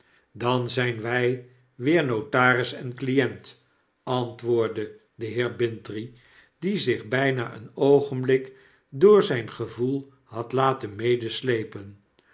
dan zyn wy weer notaris en client antwoordde de heer bintrey die zich bijna een oogenblik door zyn gevoel had laten